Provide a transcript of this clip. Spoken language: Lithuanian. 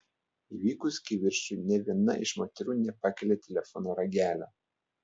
įvykus kivirčui nė viena iš moterų nepakelia telefono ragelio